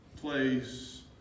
place